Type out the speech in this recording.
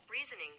Reasoning